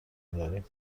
داریم